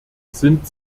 sind